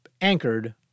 anchored